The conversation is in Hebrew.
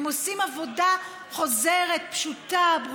הם עושים עבודה חוזרת, פשוטה, ברורה,